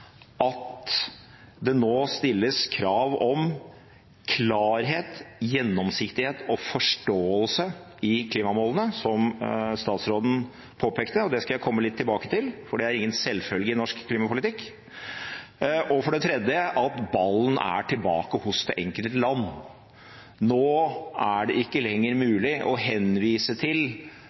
det nå krav om klarhet, gjennomsiktighet og forståelse i klimamålene, som statsråden påpekte – det skal jeg komme litt tilbake til, for det er ingen selvfølge i norsk klimapolitikk. Og for det tredje er ballen tilbake hos det enkelte land. Nå er det ikke lenger mulig å henvise til